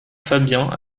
fabien